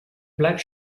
black